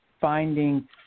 finding